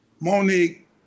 Monique